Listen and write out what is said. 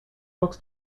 books